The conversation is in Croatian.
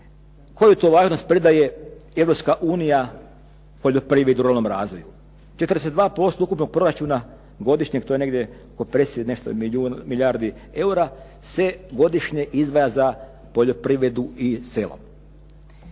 koju to važnost pridaje Europska unija poljoprivredi i ruralnom razvoju. 42% ukupnog proračuna godišnjeg, to je negdje oko 50 i nešto milijardi eura se godišnje izdvaja za poljoprivredu i selo.